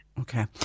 Okay